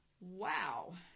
Wow